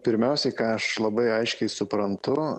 pirmiausiai ką aš labai aiškiai suprantu